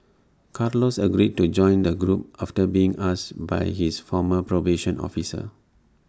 Carlos agreed to join the group after being asked by his former probation officer